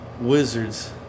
Wizards